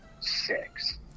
six